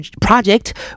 Project